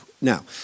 Now